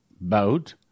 boat